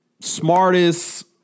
smartest